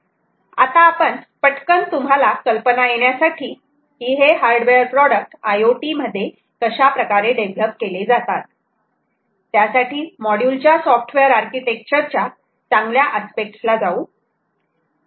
आता आपण पटकन तुम्हाला कल्पना येण्यासाठी की हे हार्डवेअर प्रॉडक्ट IoT मध्ये कशाप्रकारे डेव्हलप केले जातात त्यासाठी मॉड्यूल च्या सॉफ्टवेअर आर्किटेक्चर च्या चांगल्या आस्पेक्टस ला जाऊ